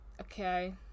okay